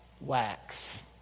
wax